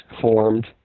formed